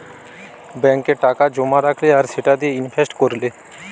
ব্যাংকে টাকা জোমা রাখলে আর সেটা দিয়ে ইনভেস্ট কোরলে